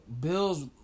Bills